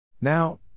Now